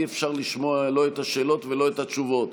אי-אפשר לשמוע לא את השאלות ולא את התשובות.